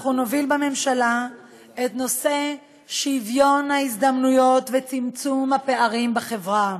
אנחנו נוביל בממשלה את נושא שוויון ההזדמנויות וצמצום הפערים בחברה.